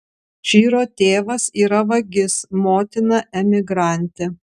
čiro tėvas yra vagis motina emigrantė